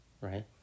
Right